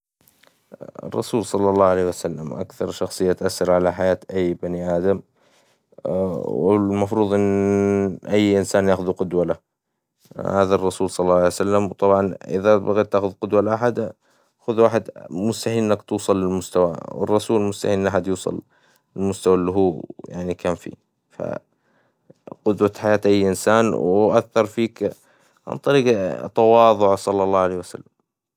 الرسول صلى الله عليه وسلم أكثر شخصية تأثر على حياة أي بني آدم، والمفروظ إن أي إنسان يأخذه قدوة له، هذا الرسول صلى الله عليه وسلم، وطبعاً إذا بغيت تاخذ قدوة لأحد خذ واحد مستحيل إنك توصل لمستواه، والرسول مستحيل إن أحد يوصل للمستوى إللي هو كان فيه، قدوة حياة أي إنسان، وأثّر فيك عن طريق تواظعه صلى الله عليه وسلم.